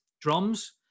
drums